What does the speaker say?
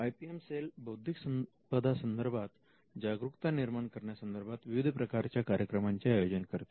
I P M cell बौद्धिक संपदा संदर्भात जागरुकता निर्माण करण्या संदर्भात विविध प्रकारच्या कार्यक्रमांचे आयोजन करते